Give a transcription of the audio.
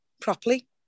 properly